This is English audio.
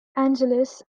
angeles